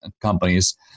companies